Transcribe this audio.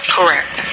Correct